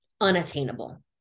unattainable